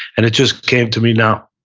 and it just came to me now.